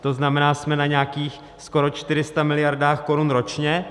To znamená, jsme na nějakých skoro 400 mld. korun ročně.